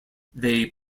they